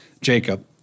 Jacob